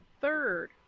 third